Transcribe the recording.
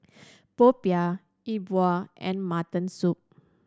popiah E Bua and mutton soup